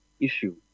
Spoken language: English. issue